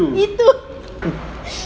itu